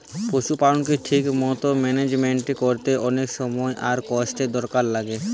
পশুপালকের ঠিক মতো ম্যানেজমেন্ট কোরতে অনেক সময় আর কষ্টের দরকার লাগে